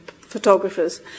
photographers